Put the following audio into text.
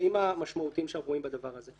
הקשיים המשמעותיים שאנחנו רואים בדבר הזה.